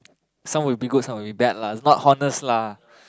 some will be good some will be bad it's not honest lah